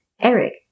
Eric